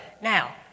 now